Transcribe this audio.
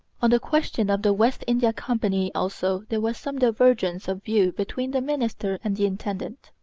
on the question of the west india company also there was some divergence of view between the minister and the intendant.